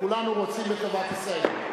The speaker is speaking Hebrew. כולנו רוצים בטובת ישראל.